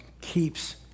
keeps